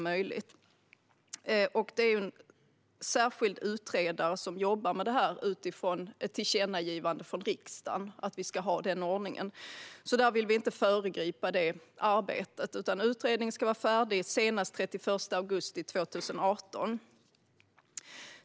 En särskild utredare jobbar med detta utifrån ett tillkännagivande från riksdagen att vi ska ha den ordningen, och vi vill inte föregripa det arbetet. Utredningen ska vara färdig senast den 31 augusti 2018.